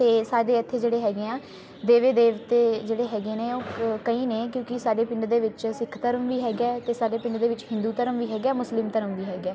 ਅਤੇ ਸਾਡੀ ਇੱਥੇ ਜਿਹੜੇ ਹੈਗੇ ਆ ਦੇਵੀ ਦੇਵਤੇ ਜਿਹੜੇ ਹੈਗੇ ਨੇ ਉਹ ਕ ਕਈ ਨੇ ਕਿਉਂਕਿ ਸਾਡੇ ਪਿੰਡ ਦੇ ਵਿੱਚ ਸਿੱਖ ਧਰਮ ਵੀ ਹੈਗਾ ਅਤੇ ਸਾਰੇ ਪਿੰਡ ਦੇ ਵਿੱਚ ਹਿੰਦੂ ਧਰਮ ਵੀ ਹੈਗਾ ਮੁਸਲਿਮ ਧਰਮ ਵੀ ਹੈਗਾ